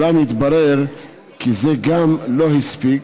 אולם התברר כי גם זה לא הספיק,